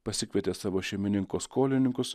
pasikvietė savo šeimininko skolininkus